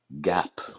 gap